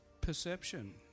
perception